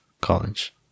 college